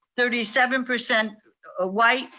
thirty seven percent ah white,